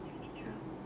ya